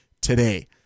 today